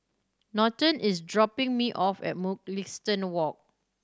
Norton is dropping me off at Mugliston Walk